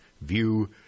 view